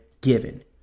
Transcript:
given